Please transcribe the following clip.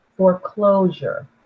foreclosure